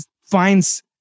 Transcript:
finds